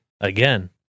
Again